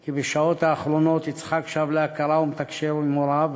כי בשעות האחרונות יצחק שב להכרה ומתקשר עם הוריו,